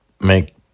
make